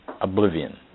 oblivion